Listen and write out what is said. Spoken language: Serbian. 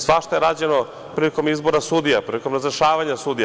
Svašta je rađeno prilikom izbora sudija, prilikom razrešavanja sudija.